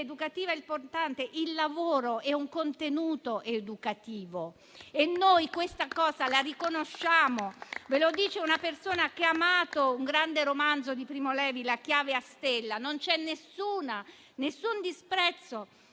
educativa importante. Il lavoro è un contenuto educativo e noi questo lo riconosciamo. Ve lo dice una persona che ha amato un grande romanzo di Primo Levi, «La chiave a stella». Non c'è nessun disprezzo